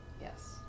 Yes